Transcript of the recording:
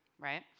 right